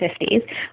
1950s